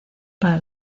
para